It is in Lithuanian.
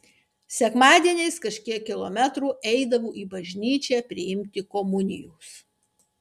sekmadieniais kažkiek kilometrų eidavo į bažnyčią priimti komunijos